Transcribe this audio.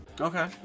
Okay